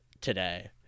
today